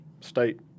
state